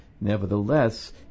nevertheless